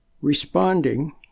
Responding